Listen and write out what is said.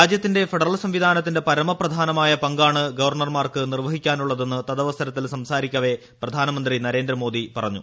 രാജ്യത്തിന്റെ ഫെഡറൽ സംവിധാനത്തിൽ പരമപ്രധാനമായ പങ്കാണ് ഗവർണർമാർക്ക് നിർവഹിക്കാനുള്ളതെന്ന് തദവസരത്തിൽ സംസാരിക്കവേ പ്രധാനമന്ത്രി നരേന്ദ്രമോദി പറഞ്ഞു